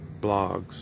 blogs